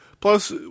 plus